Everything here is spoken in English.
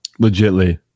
Legitly